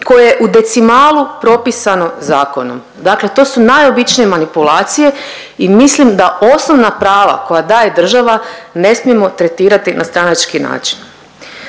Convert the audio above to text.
koje je u decimalu propisano zakonom. Dakle, to su najobičnije manipulacije i mislim da osnovna prava koja daje država ne smijemo tretirati na stranački način.